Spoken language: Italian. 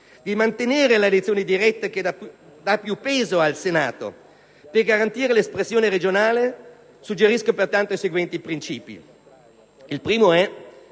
di mantenere l'elezione diretta, che dà più peso al Senato. Per garantire l'espressione regionale suggerisco i seguenti principi: il primo è